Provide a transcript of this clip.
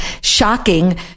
shocking